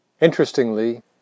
Interestingly